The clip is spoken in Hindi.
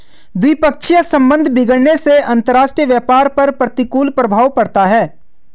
द्विपक्षीय संबंध बिगड़ने से अंतरराष्ट्रीय व्यापार पर प्रतिकूल प्रभाव पड़ता है